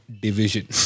division